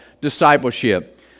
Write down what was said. discipleship